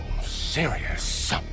serious